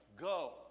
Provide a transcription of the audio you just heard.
Go